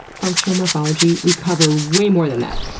functional morphology, we cover way more than that.